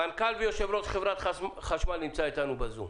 מנכ"ל ויושב-ראש חברת החשמל נמצאים איתנו בזום.